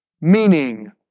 meaning